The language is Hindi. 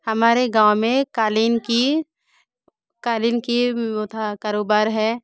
हमारे गाँव में कालीन की कालीन की वो था कारोबार है